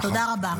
תודה רבה.